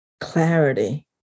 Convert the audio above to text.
clarity